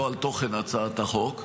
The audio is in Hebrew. ולא על תוכן הצעת החוק?